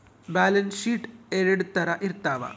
balance sheet ಎರಡ್ ತರ ಇರ್ತವ